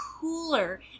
cooler